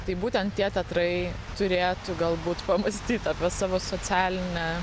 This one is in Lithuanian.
tai būtent tie teatrai turėtų galbūt pamąstyt apie savo socialinę